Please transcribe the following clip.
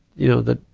you know, that,